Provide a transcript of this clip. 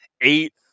eight